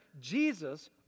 Jesus